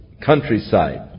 countryside